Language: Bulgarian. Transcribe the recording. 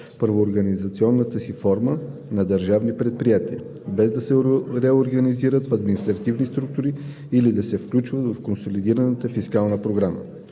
правноорганизационната си форма на държавни предприятия, без да се реорганизират в административни структури или да се включват в консолидираната фискална програма.